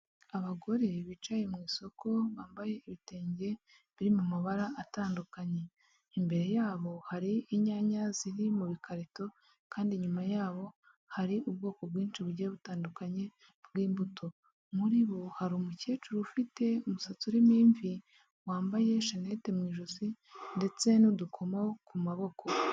Abagore bicaye mu isoko bambaye ibitenge biri mu mabara atandukanye, imbere yabo hari inyanya ziri mu bikarito kandi inyuma yaho hari ubwoko bwinshi bugiye butandukanye bwi'mbuto, muri bo hari umukecuru ufite umusatsi urimo imvi wambaye shanete mu ijosi ndetse n'udukomo ku maboko.